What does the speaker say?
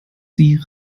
sie